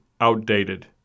outdated